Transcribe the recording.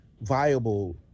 viable